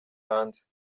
hanze